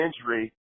injury